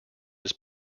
his